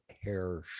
hair